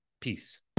peace